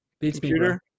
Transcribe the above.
computer